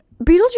Beetlejuice